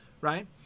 right